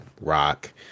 rock